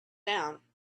down